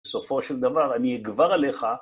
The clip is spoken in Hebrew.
בסופו של דבר אני אגבר עליך